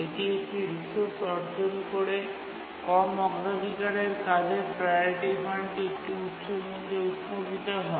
এটি একটি রিসোর্স অর্জন করে কম অগ্রাধিকারের কাজের প্রাওরিটি মানটি একটি উচ্চমূল্যে উত্থাপিত হয়